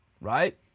right